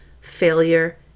failure